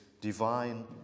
Divine